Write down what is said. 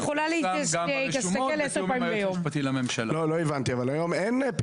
ולכן עד היום גם לא התעורר הצורך.